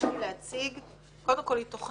שהתבקשתי להציג היא קודם כול תכנית